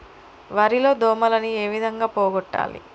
వరి లో దోమలని ఏ విధంగా పోగొట్టాలి?